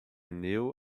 new